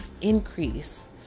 increase